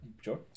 Sure